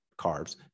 carbs